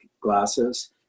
glasses